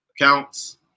accounts